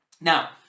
Now